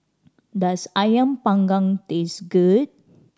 does Ayam Panggang taste good